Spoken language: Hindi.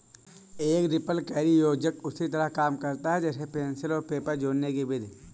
एक रिपलकैरी योजक उसी तरह काम करता है जैसे पेंसिल और पेपर जोड़ने कि विधि